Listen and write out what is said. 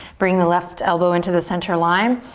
bring the left elbow into the center line.